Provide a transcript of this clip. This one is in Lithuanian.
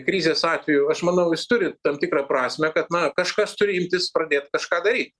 krizės atveju aš manau jis turi tam tikrą prasmę kad na kažkas turi imtis pradėt kažką daryt